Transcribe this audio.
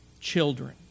children